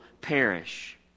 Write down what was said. perish